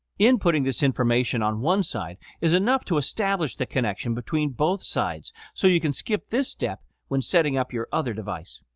inputting this information on one side is enough to establish the connection between both sides so you can skip this step when setting up your other device.